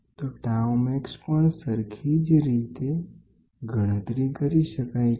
તો tau max પણ સરખી જ રીતે ગણતરી કરી શકાય છે